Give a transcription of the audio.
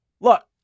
Look